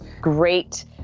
great